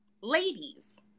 ladies